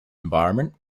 environment